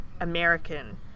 American